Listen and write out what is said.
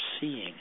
seeing